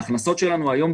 ההכנסות שלנו היום,